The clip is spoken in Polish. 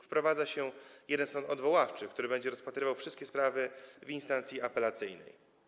Wprowadza się jeden sąd odwoławczy, który będzie rozpatrywał wszystkie sprawy w instancji apelacyjnej.